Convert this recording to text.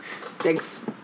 thanks